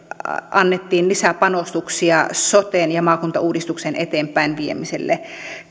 annettiin lisäpanostuksia soten ja maakuntauudistuksen eteenpäinviemiselle